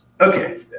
Okay